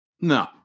No